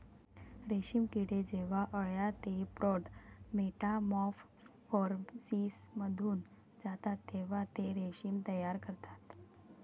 रेशीम किडे जेव्हा अळ्या ते प्रौढ मेटामॉर्फोसिसमधून जातात तेव्हा ते रेशीम तयार करतात